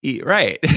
Right